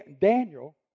Daniel